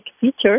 feature